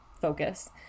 focus